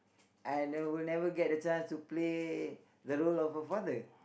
I'll never never get the chance to play the role of a father